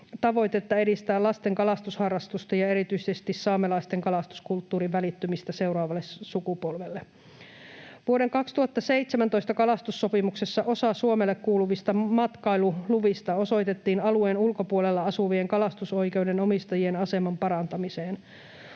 tavoitetta edistää lasten kalastusharrastusta ja erityisesti saamelaisten kalastuskulttuurin välittymistä seuraavalle sukupolvelle. Vuoden 2017 kalastussopimuksessa osa Suomelle kuuluvista matkailuluvista osoitettiin alueen ulkopuolella asuvien kalastusoikeuden omistajien aseman parantamiseen.